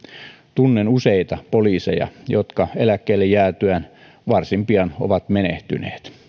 tunnen useita poliiseja jotka eläkkeelle jäätyään ovat varsin pian menehtyneet